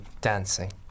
dancing